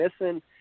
missing